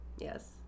Yes